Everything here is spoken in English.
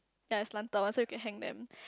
ya is slanted one so you can hang them